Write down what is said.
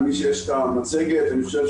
אני מבין שיש המצגת לפניכם.